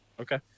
Okay